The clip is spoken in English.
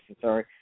sorry